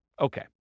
Okay